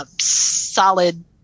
solid